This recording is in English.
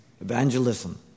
evangelism